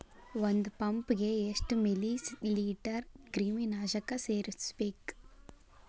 ಒಂದ್ ಪಂಪ್ ಗೆ ಎಷ್ಟ್ ಮಿಲಿ ಲೇಟರ್ ಕ್ರಿಮಿ ನಾಶಕ ಸೇರಸ್ಬೇಕ್?